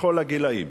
מכל הגילאים,